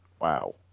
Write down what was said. Wow